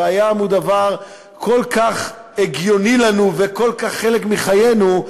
והים הוא דבר כל כך הגיוני לנו וכל כך חלק מחיינו,